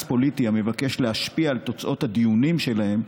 פוליטי המבקש להשפיע על תוצאות הדיונים שלהם,